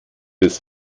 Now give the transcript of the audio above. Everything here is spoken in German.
des